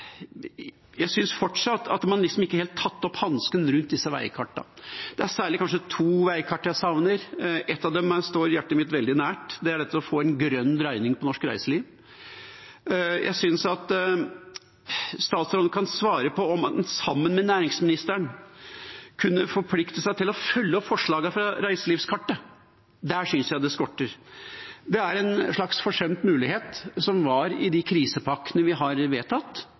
Jeg synes fortsatt at man ikke helt har tatt opp hansken rundt disse veikartene. Det er kanskje særlig to veikart jeg savner. Et av dem står hjertet mitt veldig nært. Det er å få en grønn dreining på norsk reiseliv. Jeg synes at statsråden kan svare på om han sammen med næringsministeren kunne forplikte seg til å følge opp forslagene fra reiselivskartet. Der synes jeg det skorter. Det er en slags forsømt mulighet som var i de krisepakkene vi har vedtatt.